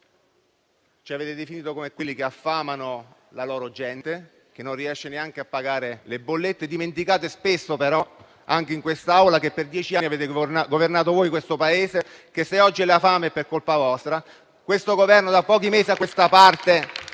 Ci avete definito come quelli che affamano la loro gente, che non riesce neanche a pagare le bollette. Dimenticate spesso però, anche in quest'Aula, che per dieci anni avete governato voi questo Paese, che, se oggi è alla fame, è per colpa vostra. Questo Governo da pochi mesi a questa parte